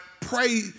pray